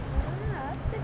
mm I don't know absent